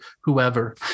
whoever